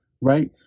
right